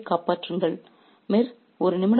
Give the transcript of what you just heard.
உங்கள் ராஜாவை காப்பாற்றுங்கள் மிர்